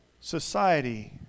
Society